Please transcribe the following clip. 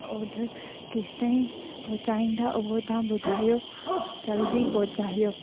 order केसिताईं पहुचाईंदा उहो तव्हां ॿुधायो जल्दी पहुचायो